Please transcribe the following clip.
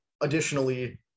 additionally